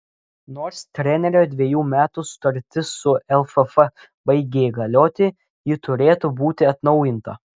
nors trenerio dvejų metų sutartis su lff baigė galioti ji turėtų būti atnaujinta